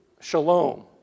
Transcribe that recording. shalom